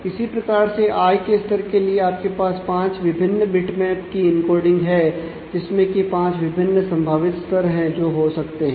इसी प्रकार से आय के स्तर के लिए आपके पास पांच विभिन्न बिटमैप है जिसमें की पांच विभिन्न संभावित स्तर है जो हो सकते हैं